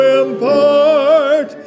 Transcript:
impart